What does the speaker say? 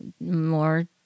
more